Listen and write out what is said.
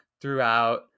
throughout